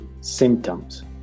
Symptoms